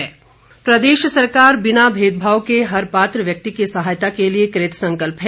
उद्योग मंत्री प्रदेश सरकार बिना भेद भाव के हर पात्र व्यक्ति की सहायता के लिए कृत संकल्प है